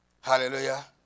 Hallelujah